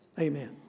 Amen